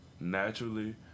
naturally